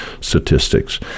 statistics